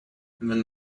when